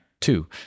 Two